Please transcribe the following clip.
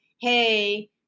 hey